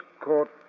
Court